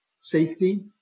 safety